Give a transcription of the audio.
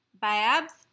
Babs